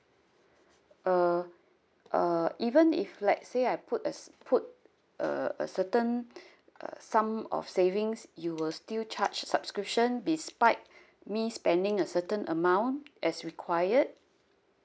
uh uh even if let's say I put a put a a certain uh some of savings you will still charge subscription despite me spending a certain amount as required